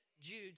Jude